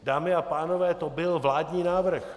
Dámy a pánové, to byl vládní návrh.